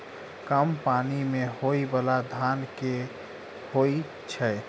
कम पानि मे होइ बाला धान केँ होइ छैय?